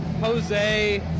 Jose